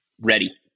Ready